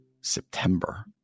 September